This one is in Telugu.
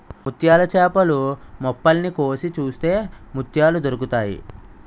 ముత్యాల చేపలు మొప్పల్ని కోసి చూస్తే ముత్యాలు దొరుకుతాయి